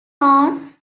known